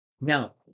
Now